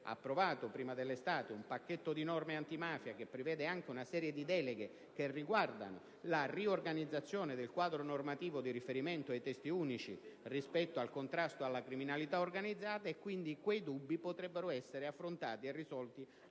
approvato prima dell'estate un pacchetto di norme antimafia che prevede anche una serie di deleghe relative alla riorganizzazione del quadro normativo di riferimento e i testi unici riguardante il contrasto alla criminalità organizzata e quindi quei dubbi potrebbero essere affrontati e risolti,